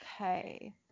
Okay